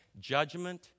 judgment